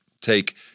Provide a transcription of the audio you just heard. take